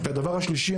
דבר שלישי,